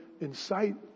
incite